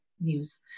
news